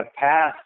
passed